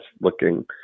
looking